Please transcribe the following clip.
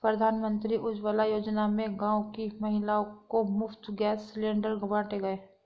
प्रधानमंत्री उज्जवला योजना में गांव की महिलाओं को मुफ्त गैस सिलेंडर बांटे गए